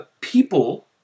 people